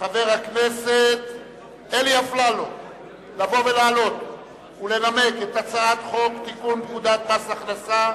חבר הכנסת אלי אפללו לעלות ולנמק את הצעת חוק לתיקון פקודת מס הכנסה